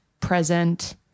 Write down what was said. present